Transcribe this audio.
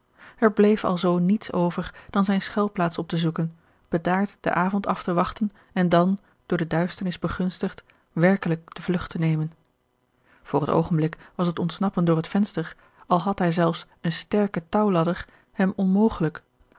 er bleef alzoo niets over dan zijne schuilplaats op te zoeken bedaard den avond af te wachten en dan door de duisternis begunstigd werkelijk de vlugt te nemen voor het oogenblik was het ontsnappen door het venster al had hij zelfs eene sterke touwladder hem onmogelijk